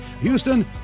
Houston